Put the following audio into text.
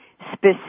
specific